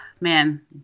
man